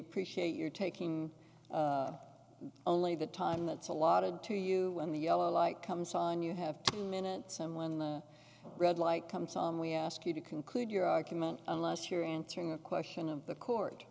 appreciate your taking only the time that's a lot of to you when the yellow light comes on you have two minutes someone in the red light comes on we ask you to conclude your argument unless you're answering a question of the court